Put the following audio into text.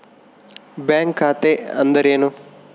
Bank ಖಾತೆ ಅಂದರೆ ಏನು?